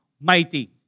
mighty